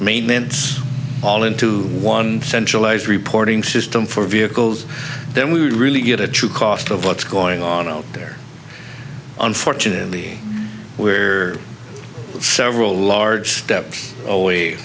maintenance all into one centralized reporting system for vehicles then we would really get a true cost of what's going on out there unfortunately we're several large steps away